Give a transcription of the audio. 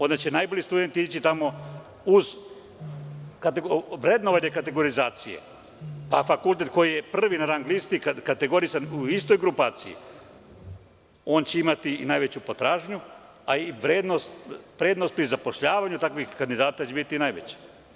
Onda će najbolji studenti ići tamo uz vrednovanje kategorizacije, a fakultet koji je prvi na rang listi kategorisan u istoj grupaciji, on će imati i najveću potražnju, a i prednost pri zapošljavanju takvih kandidata je biti najveće.